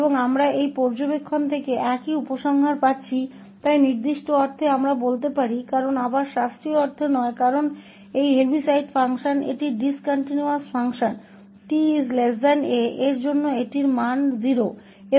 और हम इस अवलोकन से एक ही निष्कर्ष प्राप्त कर रहे हैं इसलिए कुछ अर्थों में हम कह सकते हैं क्योंकि फिर से शास्त्रीय अर्थ नहीं है क्योंकि यह हेविसाइड फ़ंक्शन एक असंतत कार्य है